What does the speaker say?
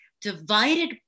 divided